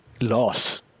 loss